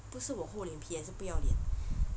不是我厚脸皮还是不要脸